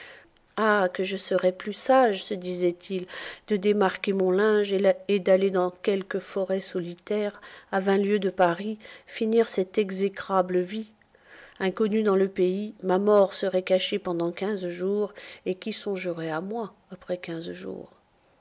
ah que je serais plus sage se disait-il de démarquer mon linge et d'aller dans quelque forêt solitaire à vingt lieues de paris finir cette exécrable vie inconnu dans le pays ma mort serait cachée pendant quinze jours et qui songerait à moi après quinze jours